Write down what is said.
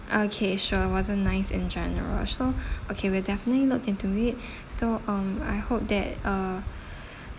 okay sure wasn't nice in general so okay we'll definitely look into it so um I hope that uh